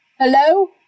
hello